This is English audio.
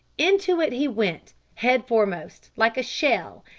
into it he went, head-foremost, like a shell,